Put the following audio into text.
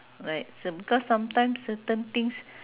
right some because sometimes certain things